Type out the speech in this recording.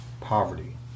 poverty